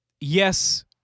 yes